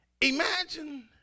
Imagine